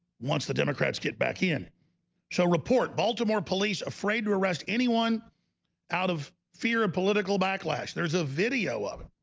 once the democrats get back in so report baltimore police afraid to arrest anyone out of fear of political backlash there's a video of it